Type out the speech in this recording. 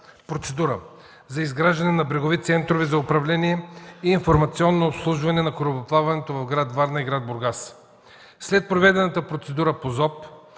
процедура за изграждане на брегови центрове за управление и информационно обслужване на корабоплаването в гр. Варна и гр. Бургас. След проведената процедура по